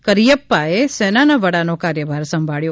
કરિયપ્પાએ સેનાના વડાનો કાર્યભાર સંભાળ્યો